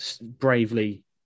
bravely